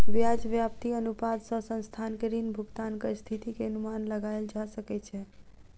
ब्याज व्याप्ति अनुपात सॅ संस्थान के ऋण भुगतानक स्थिति के अनुमान लगायल जा सकै छै